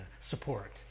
support